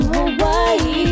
Hawaii